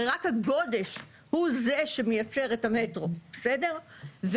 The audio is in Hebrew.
הרי רק הגודש הוא זה שמייצר את המטרו ובמקום